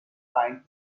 pine